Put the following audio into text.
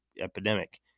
epidemic